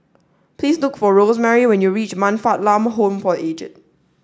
please look for Rosemarie when you reach Man Fatt Lam Home for Aged